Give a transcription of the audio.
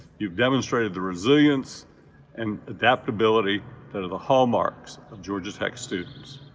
you've demonstrated the resilience and adaptability that are the hallmarks of georgia tech students.